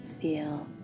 feel